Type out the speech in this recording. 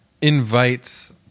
invites